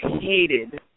hated